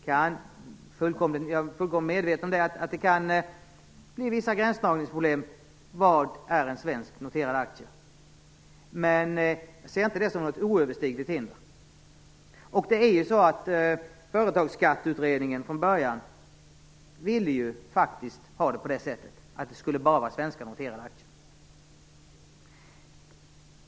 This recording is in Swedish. Jag är fullkomligt medveten om att det kan bli vissa gränsdragningsproblem när man skall avgöra vad som är en svensk noterad aktie. Men jag ser inte det som något oöverstigligt hinder. Företagsskatteutredningen ville ju från början faktiskt ha det på det sättet att det bara skulle vara svenska noterade aktier.